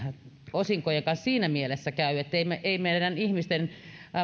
osinkojen kanssa käy siinä mielessä etteivät meidän ihmisten